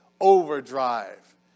Overdrive